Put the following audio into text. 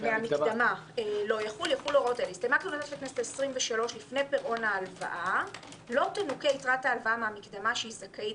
- לא קיבלה הלוואה או שקיבלה חלק מסכום ההלוואה שהיא רשאית